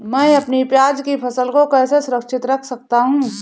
मैं अपनी प्याज की फसल को कैसे सुरक्षित रख सकता हूँ?